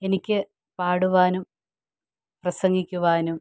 എനിക്ക് പാടുവാനും പ്രസംഗിക്കുവാനും